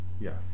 Yes